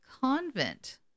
convent